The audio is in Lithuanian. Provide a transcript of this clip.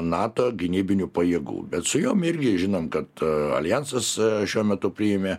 nato gynybinių pajėgų bet su jom irgi žinant kad aljansas šiuo metu priėmė